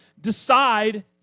decide